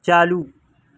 چالو